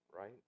right